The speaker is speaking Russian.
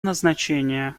назначение